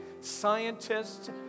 scientists